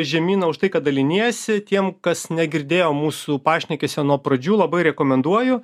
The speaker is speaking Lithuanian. žemyna už tai kad daliniesi tiem kas negirdėjo mūsų pašnekesio nuo pradžių labai rekomenduoju